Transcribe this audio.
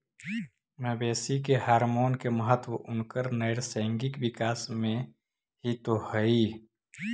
मवेशी के हॉरमोन के महत्त्व उनकर नैसर्गिक विकास में हीं तो हई